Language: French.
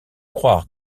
croire